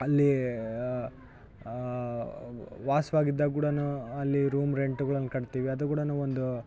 ಅಲ್ಲೀ ವಾಸ್ವಾಗಿ ಇದ್ದಾಗುಡಾ ಅಲ್ಲಿ ರೂಮ್ ರೆಂಟ್ಗಳನ್ ಕಟ್ತೀವಿ ಅದು ಕೂಡಾ ಒಂದು